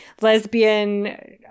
lesbian